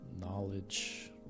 knowledge